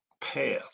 path